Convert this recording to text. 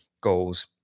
goals